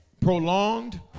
prolonged